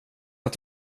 att